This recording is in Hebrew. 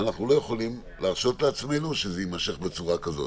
אנחנו לא יכולים להרשות לעצמנו שזה יימשך בצורה כזו.